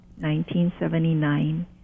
1979